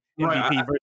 MVP